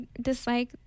dislike